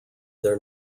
their